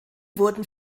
wurden